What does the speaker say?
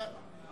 מה?